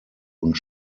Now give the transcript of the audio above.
und